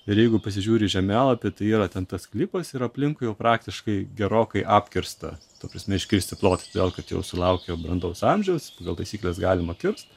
ir jeigu pasižiūri į žemėlapį tai yra ten tas sklypas ir aplinkui praktiškai gerokai apkirsta ta prasme iškirsti plotai todėl kad jau sulaukė brandaus amžiaus pagal taisykles galima kirst